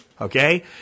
Okay